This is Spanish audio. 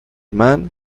man